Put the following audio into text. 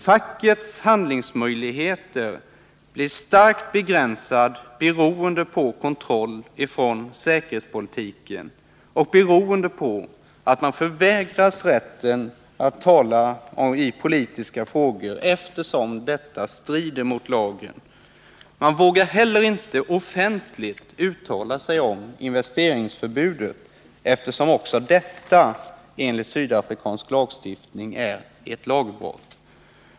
Fackets handlingsmöjligheter blir starkt begränsade, beroende på kontroll från säkerhetspolisen och beroende på att man i lagen förvägrats rätten att yttra sig i politiska frågor. Man vågar inte heller offentigt uttala sig om investeringsförbudet, eftersom också detta är ett lagbrott enligt sydafrikansk lagstiftning.